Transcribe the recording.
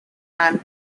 and